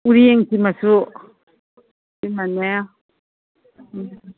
ꯎꯔꯦꯡꯒꯤ ꯃꯆꯨ ꯁꯤꯃꯅꯦ ꯎꯝ